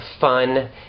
fun